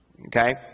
Okay